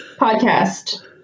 podcast